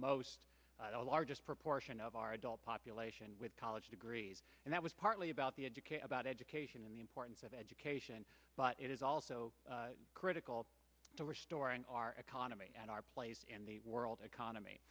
most a large proportion of our adult population with college degrees and that was partly about the educate about education and the importance of education but it is also critical to restoring our economy and our place in the world economy